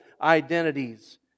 identities